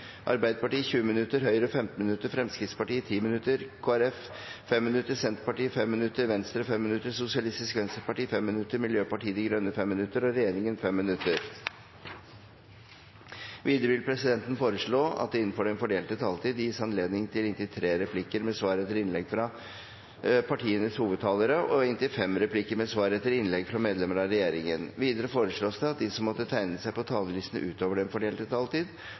Arbeiderpartiet 20 minutter, Høyre 15 minutter, Fremskrittspartiet 10 minutter, Kristelig Folkeparti 5 minutter, Senterpartiet 5 minutter, Venstre 5 minutter, Sosialistisk Venstreparti 5 minutter, Miljøpartiet De Grønne 5 minutter og medlemmer av regjeringen 5 minutter. Videre vil presidenten foreslå at det – innenfor den fordelte taletid – blir gitt anledning til inntil tre replikker med svar etter innlegg fra partienes hovedtalere og inntil fem replikker med svar etter innlegg fra medlemmer av regjeringen, og at de som måtte tegne seg på talerlisten utover den fordelte taletid,